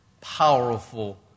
Powerful